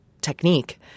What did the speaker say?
technique